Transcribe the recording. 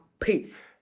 peace